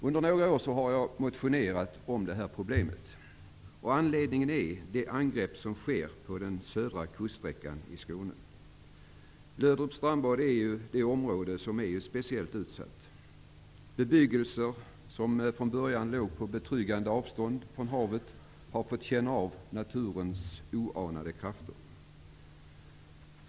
Under några år har jag motionerat om det här problemet. Anledningen är de angrepp som sker på den södra kuststräckan i Skåne. Löderups strandbad är speciellt utsatt. Bebyggelse som från början låg på betryggande avstånd från havet har fått känna av naturens oanade krafter.